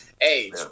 age